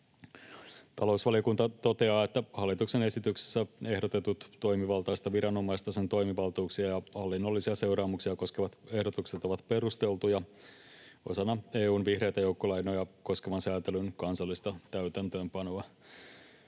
Talousvaliokunta toteaa, että hallituksen esityksessä ehdotetut toimivaltaista viranomaista, sen toimivaltuuksia ja hallinnollisia seuraamuksia koskevat ehdotukset ovat perusteltuja osana EU:n vihreitä joukkolainoja koskevan sääntelyn kansallista täytäntöönpanoa.